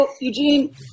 Eugene